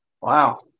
Wow